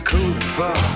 Cooper